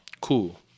Cool